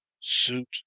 suit